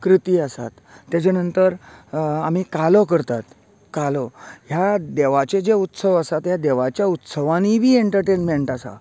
कृती आसात तेजे नंंतर आमी कालो करतात कालो ह्या देवाचे जे उत्सव आसा ते देवाच्या उत्सवानीय बी ऍन्टरटेंमेंट आसा